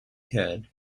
could